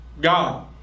God